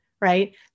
right